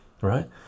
right